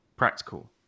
practical